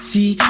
See